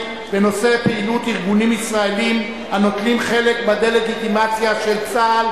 בנושא פעילות ארגונים ישראליים הנוטלים חלק בדה-לגיטימציה של צה"ל,